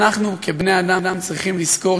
אנחנו כבני-אדם צריכים לזכור,